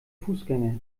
fußgänger